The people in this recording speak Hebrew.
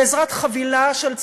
בעזרת חבילה של צעדים,